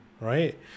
right